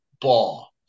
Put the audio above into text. ball